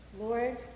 Lord